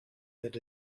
that